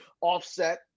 offset